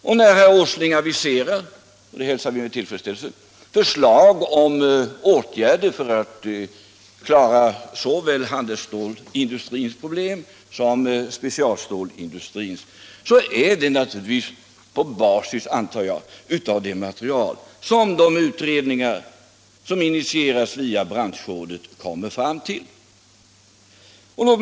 När herr Åsling aviserar — det hälsar vi med tillfredsställelse — förslag om åtgärder för att klara såväl handelsstålindustrins problem som specialstålindustrins problem är det på basis, antar jag, av det material som de utredningar som initierades via branschrådet kommer fram till.